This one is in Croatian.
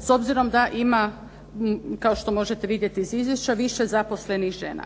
s obzirom da ima kao što možete vidjeti iz izvješća više zaposlenih žena.